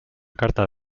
carta